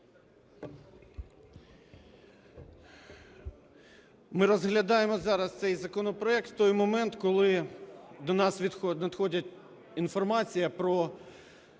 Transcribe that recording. Ми розглядаємо зараз цей законопроект в той момент, коли до нас надходить інформація про